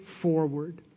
Forward